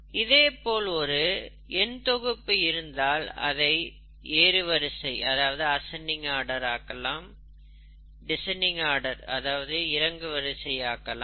இதேபோல் ஒரு எண்தொகுப்பு இருந்தால் அதை ஏறுவரிசை ஆக்கலாம் இறங்குவரிசை ஆக்கலாம்